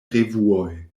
revuoj